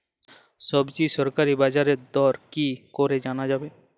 সবজির সরকারি বাজার দর কি করে জানা যাবে?